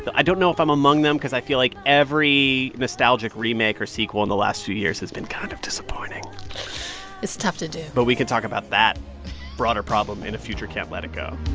i don't know if i'm among them cause i feel like every nostalgic remake or sequel in the last few years has been kind of disappointing it's tough to do but we can talk about that broader problem in a future can't let it go